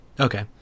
Okay